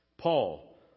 Paul